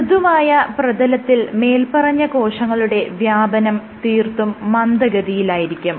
മൃദുവായ പ്രതലത്തിൽ മേല്പറഞ്ഞ കോശങ്ങളുടെ വ്യാപനം തീർത്തും മന്ദഗതിയിലായിരിക്കും